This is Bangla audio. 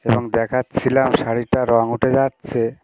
এবং দেখাচ্ছিলাম শাড়িটা রঙ উঠে যাচ্ছে